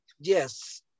yes